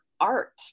art